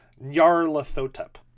nyarlathotep